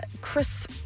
Chris